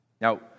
now